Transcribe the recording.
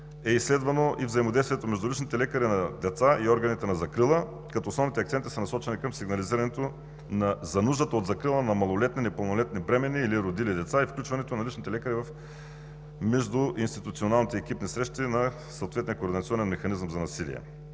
е изследвано и взаимодействието между личните лекари на деца и органите за закрила, като основните акценти са насочени към сигнализирането за нуждата от закрила на малолетни непълнолетни бременни или родили деца и включването на личните лекари в междуинституционалните екипни срещи на съответния координационен механизъм за насилие.